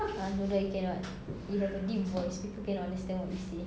ah bodoh you cannot you have a deep voice people cannot understand what you say